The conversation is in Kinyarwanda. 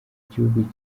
gihugu